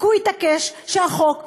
כי הוא התעקש שהחוק,